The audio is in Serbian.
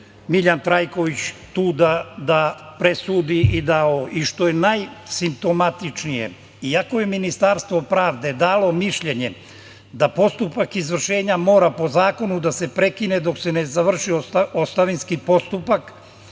Miljan Trajković tu da presudi. Što je najsimptomatičnije, iako je Ministarstvo pravde dalo mišljenje da postupak izvršenja mora po zakonu da se prekine dok se ne završi ostavinski postupak,